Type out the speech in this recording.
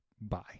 bye